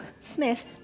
Smith